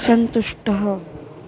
सन्तुष्टः